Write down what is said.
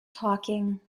talking